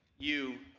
you,